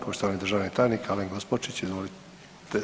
Poštovani državni tajnik, Alen Gospočić, izvolite.